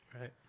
Right